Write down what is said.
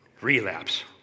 relapse